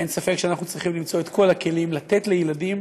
אין ספק שאנחנו צריכים למצוא את כל הכלים לתת לילדים